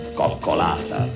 coccolata